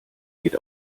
geht